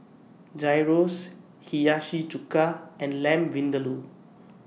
Gyros Hiyashi Chuka and Lamb Vindaloo